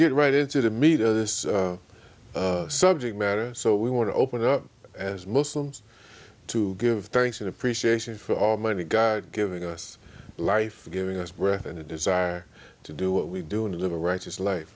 get right into the meat of this subject matter so we want to open it up as muslims to give thanks and appreciation for almighty god giving us life giving us breath and a desire to do what we do and live a righteous life